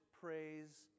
praise